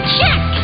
Check